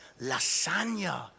lasagna